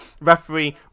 Referee